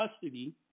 custody